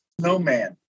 snowman